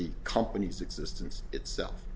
the company's existence itself